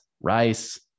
rice